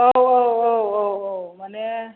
औ औ औ औ औ माने